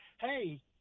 hey